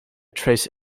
trace